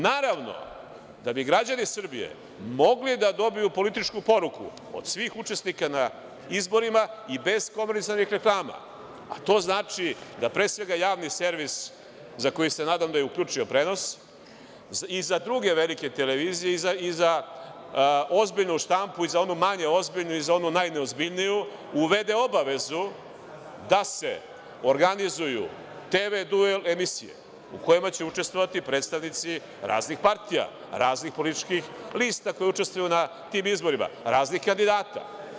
Naravno, da bi građani Srbije mogli da dobiju političku poruku od svih učesnika na izborima i bez komercijalnih reklama, a to znači, pre svega, Javni servis, za koji se nadam da je uključio prenos, i za druge velike televizije i za ozbiljnu štampu i za manje ozbiljnu i za onu najneozbiljniju, da uvede obavezu da se organizuju tv duel emisije u kojima će učestvovati predstavnici raznih partija, raznih političkih lista koje učestvuju na tim izborima, raznih kandidata.